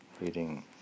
reading